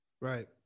Right